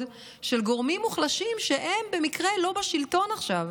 של גורמים מוחלשים שהם במקרה לא בשלטון עכשיו,